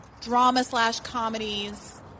drama-slash-comedies